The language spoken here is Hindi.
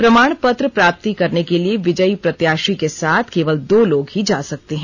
प्रमाणपत्र प्राप्ती करने के लिए विजयी प्रत्याशी के साथ केवल दो लोग ही जा सकते हैं